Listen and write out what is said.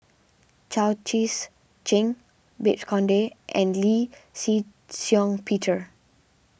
Chao Tzee Cheng Babes Conde and Lee Shih Shiong Peter